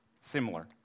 Similar